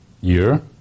year